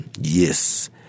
yes